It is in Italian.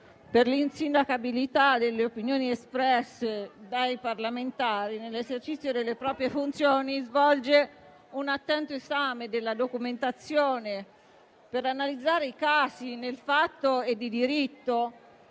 per l'insindacabilità delle opinioni espresse dai parlamentari nell'esercizio delle proprie funzioni, svolge un attento esame della documentazione, per analizzare i casi nel fatto e in diritto.